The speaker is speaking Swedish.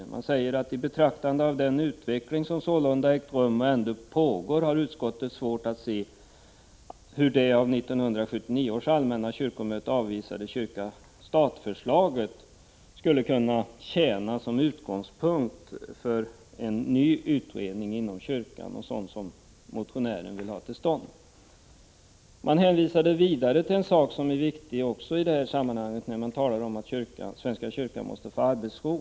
Utskottet säger: ”I betraktande av den utveckling som sålunda ägt rum och ännu pågår har utskottet svårt att se hur det av 1979 års allmänna kyrkomöte avvisade 53 stat-kyrka-förslaget skulle kunna tjäna som utgångspunkt för någon sådan utredning som motionären vill få till stånd.” Man hänvisade vidare till en annan viktig sak när det gäller att svenska kyrkan måste få arbetsro.